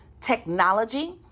technology